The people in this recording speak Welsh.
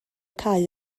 cau